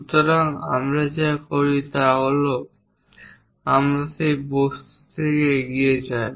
সুতরাং আমরা যা করি তা হল আমরা সেই বস্তু থেকে এগিয়ে যাই